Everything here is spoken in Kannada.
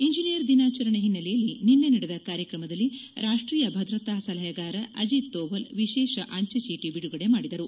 ಎಂಜಿನಿಯರ್ ದಿನಾಚರಣೆ ಹಿನ್ನೆಲೆಯಲ್ಲಿ ನಿನ್ನೆ ನಡೆದ ಕಾರ್ಯಕ್ರಮದಲ್ಲಿ ರಾಷ್ವೀಯ ಭದ್ರತಾ ಸಲಹೆಗಾರ ಅಜಿತ್ ಧೋವಲ್ ವಿಶೇಷ ಅಂಚೆಚೀಟಿ ಬಿಡುಗಡೆ ಮಾಡಿದರು